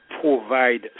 provide